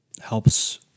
helps